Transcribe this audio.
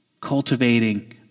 cultivating